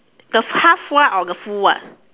the half one or the full one